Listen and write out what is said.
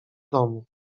domu